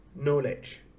knowledge